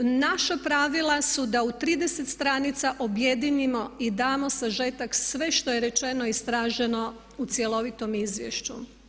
Naša pravila su da u 30 stranica objedinimo i damo sažetak sve što je rečeno, istraženo u cjelovitom izvješću.